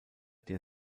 der